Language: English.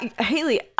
Haley